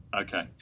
okay